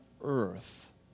earth